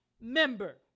member